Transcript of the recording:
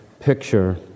picture